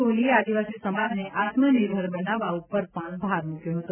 કોહલીએ આદિવાસી સમાજને આત્મનિર્ભર બનાવવા ઉપર પણ ભાર મુક્યો હતો